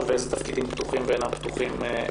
בצבא ואיזה תפקידים פתוחים או אינם פתוחים לנשים.